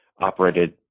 operated